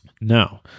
Now